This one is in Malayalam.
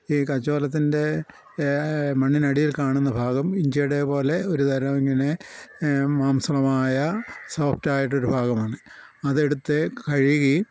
ഈ കച്ചോലത്തിൻ്റെ മണ്ണിനടിയിൽ കാണുന്ന ഭാഗം ഇഞ്ചിയുടെ പോലെ ഒരുതരം ഇങ്ങനെ മാംസമായ സോഫ്റ്റായിട്ട് ഒരു ഭാഗമാണ് അതെടുത്ത് കഴുകി